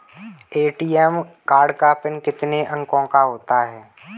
ATM card का PIN कितने अंकों का होता है?